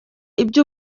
ibyo